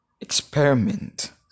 experiment